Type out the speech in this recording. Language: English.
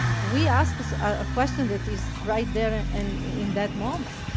we ask so a question that is right there and in that moment,